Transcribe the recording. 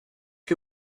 que